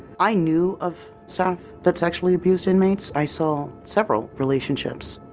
i knew of staff that sexually abused inmates. i saw several relationships.